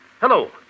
Hello